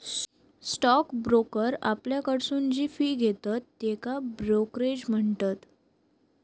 stock broker आपल्याकडसून जी fee घेतत त्येका ब्रोकरेज म्हणतत